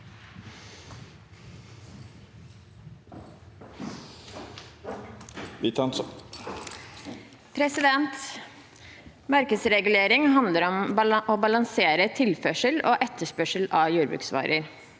Markedsregulering handler om å balansere tilførsel og etterspørsel av jordbruksvarer.